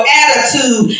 attitude